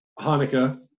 Hanukkah